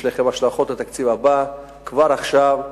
להן השלכות על התקציב הבא כבר עכשיו,